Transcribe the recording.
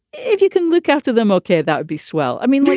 if you can look after them, okay. that would be swell i mean, like